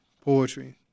poetry